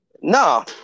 No